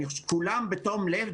כולן בתום לב,